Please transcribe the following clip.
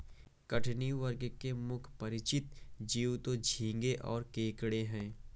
कठिनी वर्ग के मुख्य परिचित जीव तो झींगें और केकड़े हैं